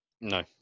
no